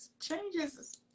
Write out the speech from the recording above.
Changes